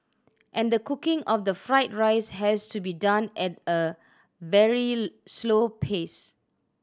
and the cooking of the fried rice has to be done at a very slow pace